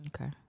okay